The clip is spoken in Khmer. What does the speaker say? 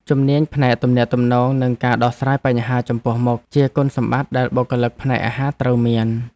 ជំនាញផ្នែកទំនាក់ទំនងនិងការដោះស្រាយបញ្ហាចំពោះមុខ ជាគុណសម្បត្តិដែលបុគ្គលិកផ្នែកអាហារត្រូវមាន។